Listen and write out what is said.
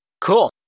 Cool